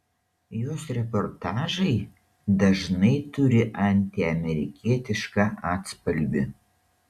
jos reportažai dažnai turi antiamerikietišką atspalvį